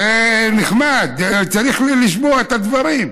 זה נחמד, צריך לשמוע את הדברים.